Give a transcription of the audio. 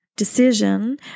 Decision